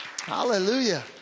Hallelujah